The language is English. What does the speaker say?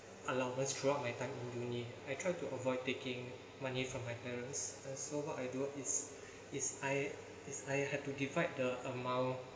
allowance throughout my time in uni I try to avoid taking money from my parents so what I do is is I is I had to divide the amount